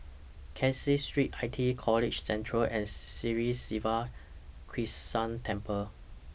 Caseen Street ITE College Central and Sri Siva Krishna Temple